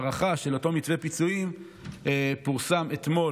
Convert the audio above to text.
הארכה של אותו מתווה פיצויים פורסמה אתמול